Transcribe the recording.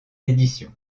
édition